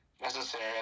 necessary